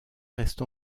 reste